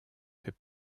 fait